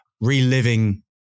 reliving